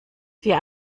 vier